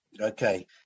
Okay